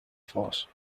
force